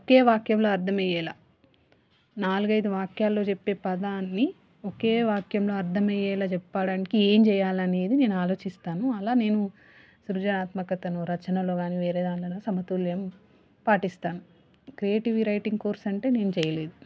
ఒకే వాక్యంలో అర్థమయ్యేలా నాలుగైదు వాక్యాల్లో చెప్పే పదాన్ని ఒకే వాక్యంలో అర్థమయ్యేలా చెప్పడానికి ఏం చేయాలనేది నేను ఆలోచిస్తాను అలా నేను సృజనాత్మకతను రచనలో కానీ వేరే దానిలోనైనా సమతుల్యం పాటిస్తాను క్రియేటివ్ రైటింగ్ కోర్స్ అంటే నేను చేయలేదు